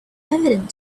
evident